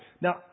Now